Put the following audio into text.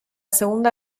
segunda